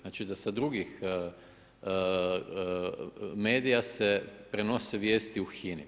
Znači da sa drugih medija se prenosi vijesti u HINA-u.